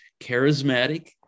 charismatic